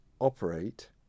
operate